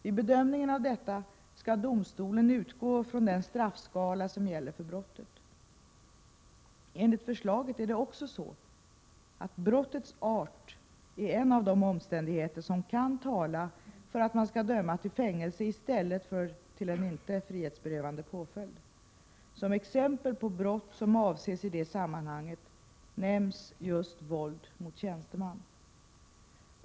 Vid bedömningen av detta skall domstolen utgå från den straffskala som gäller för brottet. Enligt förslaget är det också så att brottets art är en av de omständigheter som kan tala för att man skall döma till fängelse i stället för till en inte frihetsberövande påföljd. Som ett exempel på brott som avses i det sammanhanget nämns just våld mot tjänsteman.